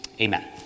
amen